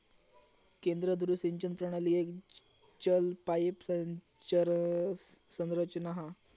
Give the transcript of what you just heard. केंद्र धुरी सिंचन प्रणाली एक चल पाईप संरचना हा